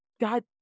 God